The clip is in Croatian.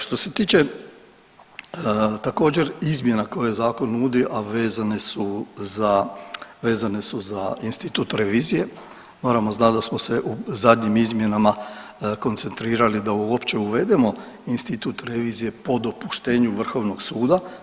Što se tiče također izmjena koje zakon nudi, a vezane su za institut revizije, moramo znati da smo se u zadnjim izmjenama koncentrirali da uopće uvedemo institut revizije po dopuštenju vrhovnog suda.